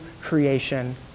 creation